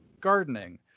gardening